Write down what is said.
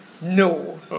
No